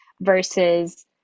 versus